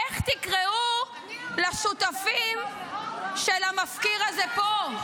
איך תקראו לשותפים של המפקיר הזה פה?